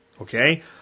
okay